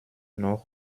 noch